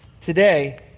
today